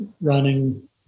running